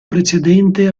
precedente